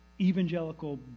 evangelical